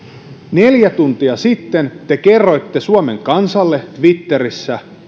neljä tuntia sitten te kerroitte suomen kansalle twitterissä